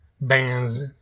bands